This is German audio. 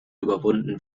überwunden